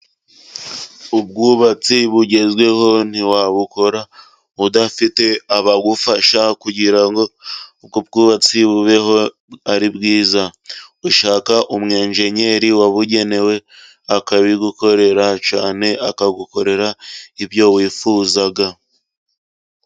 Ubwubatsi bugezweho ntiwabukora udafite abagufasha, kugira ngo ubwo bwubatsi bubeho ari bwiza. Ushaka umwenjeniyeri wabugenewe akabigukorera cyane, akagukorera ibyo wifuza.